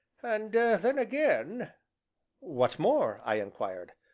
and then again what more? i inquired.